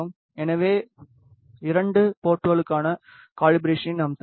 எனவே இரண்டு போர்ட்களுக்குக்கான கலிபராசனை நாம் செய்ய வேண்டும்